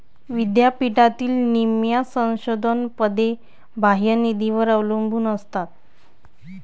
विद्यापीठातील निम्म्या संशोधन पदे बाह्य निधीवर अवलंबून असतात